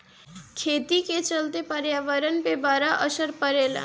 खेती का चलते पर्यावरण पर बड़ा असर पड़ेला